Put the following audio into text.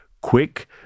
quick